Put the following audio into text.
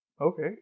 okay